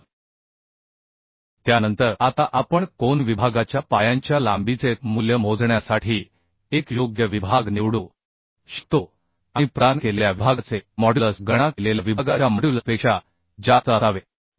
तर त्यानंतर आता आपण कोन विभागाच्या पायांच्या लांबीचे मूल्य मोजण्यासाठी एक योग्य विभाग निवडू शकतो आणि प्रदान केलेल्या विभागाचे मॉड्युलस गणना केलेल्या विभागाच्या मॉड्युलसपेक्षा जास्त असावे